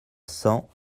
cent